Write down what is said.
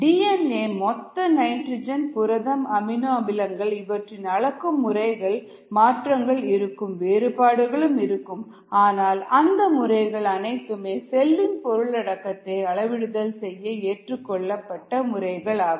DNA மொத்த nitrogen புரதம் amino அமிலங்கள் இவற்றின் அளக்கும் முறைகளில் மாற்றங்கள் இருக்கும் வேறுபாடுகள் இருக்கும் ஆனால் அந்த முறைகள் அனைத்துமே செல்லின் பொருளடக்கத்தை அளவிடுதல் செய்ய ஏற்றுக் கொள்ளப்பட்ட முறைகளாகும்